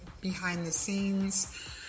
behind-the-scenes